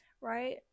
right